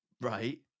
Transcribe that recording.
Right